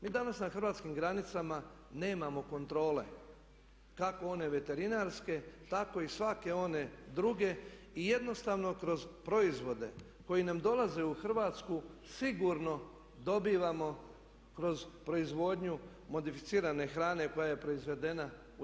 Mi danas na hrvatskim granicama nemamo kontrole kako one veterinarske tako i svake one druge i jednostavno kroz proizvode koji nam dolaze u Hrvatsku sigurno dobivamo kroz proizvodnju modificirane hrane koja je proizvedena u EU.